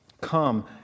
come